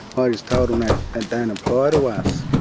i just told them it ah don't apply to us.